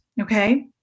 Okay